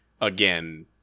again